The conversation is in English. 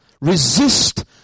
Resist